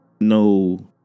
no